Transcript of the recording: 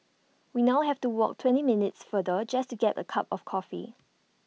we now have to walk twenty minutes farther just to get A cup of coffee